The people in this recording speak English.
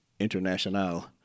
International